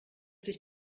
sich